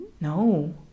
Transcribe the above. no